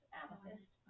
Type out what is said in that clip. amethyst